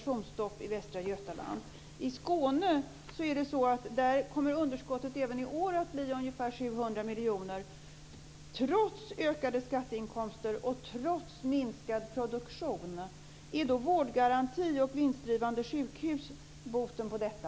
I Skåne kommer underskottet även i år att bli ungefär 700 miljoner, trots ökade skatteinkomster och trots minskad produktion. Är då vårdgaranti och vinstdrivande sjukhus boten på detta?